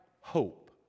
hope